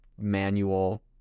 manual